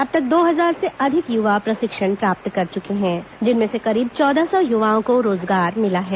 अब तक दो हजार से अधिक यूवा प्रशिक्षण प्राप्त कर चुके हैं जिनमें से करीब चौदह सौ यूवाओं को रोजगार मिला है